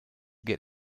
get